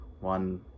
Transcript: one